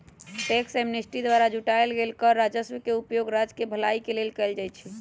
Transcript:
tax amnesty द्वारा जुटाएल गेल कर राजस्व के उपयोग राज्य केँ भलाई के लेल कएल जाइ छइ